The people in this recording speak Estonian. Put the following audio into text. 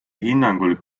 hinnangul